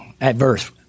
adverse